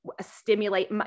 stimulate